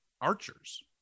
archers